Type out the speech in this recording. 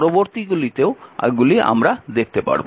পরবর্তীতেও এগুলি আমরা দেখতে পারব